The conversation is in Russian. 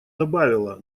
добавила